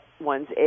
one's